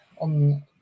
on